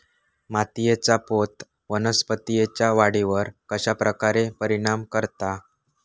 मातीएचा पोत वनस्पतींएच्या वाढीवर कश्या प्रकारे परिणाम करता?